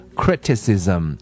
criticism